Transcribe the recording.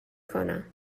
کنم